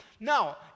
Now